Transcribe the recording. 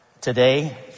today